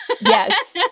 yes